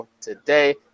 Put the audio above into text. today